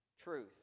Truth